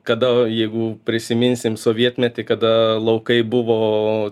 kada jeigu prisiminsim sovietmetį kada laukai buvo